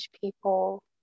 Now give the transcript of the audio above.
people